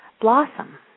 Blossom